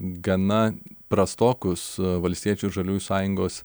gana prastokus valstiečių ir žaliųjų sąjungos